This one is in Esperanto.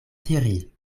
diri